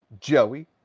Joey